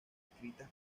escritas